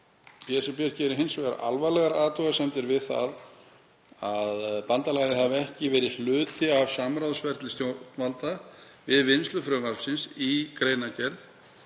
BSRB gerir hins vegar alvarlegar athugasemdir við það að bandalagið hafi ekki verið hluti af samráðsferli stjórnvalda við vinnslu frumvarpsins. Í greinargerð